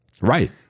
Right